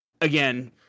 Again